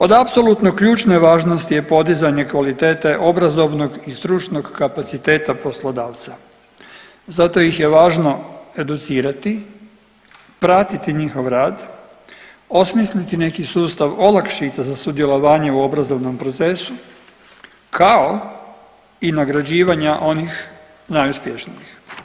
Od apsolutno ključne važnosti je podizanje kvalitete obrazovnog i stručnog kapaciteta poslodavca, zato ih je važno educirati, pratiti njihov rad, osmisliti neki sustav olakšica za sudjelovanje u obrazovnom procesu kao i nagrađivanja onih najuspješnijih.